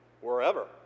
wherever